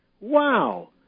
wow